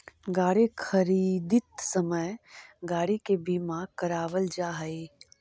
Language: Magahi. गाड़ी खरीदित समय गाड़ी के बीमा करावल जा हई